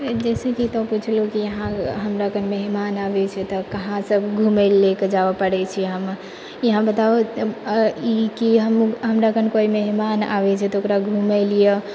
जइसेकि तऽ पुछलहुँ कि अहाँ हमराकन मेहमान आबै छै तऽ कहाँ सब घुमै लेके जाबऽ पड़ै छै हम ई बताउ कि हमराकन कोइ मेहमान आबै छै तऽ ओकरा घुमैलए